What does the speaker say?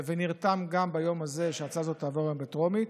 ונרתם גם ביום הזה לכך שההצעה הזאת תעבור היום בטרומית.